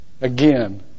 Again